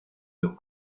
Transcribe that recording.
los